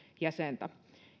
jäsentä